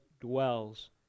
dwells